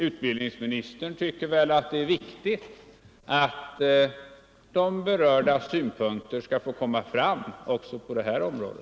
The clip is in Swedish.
Utbildningsministern tycker väl att det är viktigt att de berördas synpunkter får komma fram även på detta område?